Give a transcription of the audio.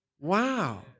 Wow